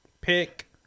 pick